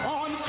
on